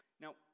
Now